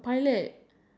I get it